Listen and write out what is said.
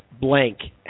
blank